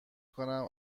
کنم